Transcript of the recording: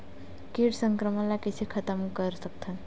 कीट संक्रमण ला कइसे खतम कर सकथन?